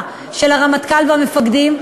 של הרמטכ"ל והמפקדים,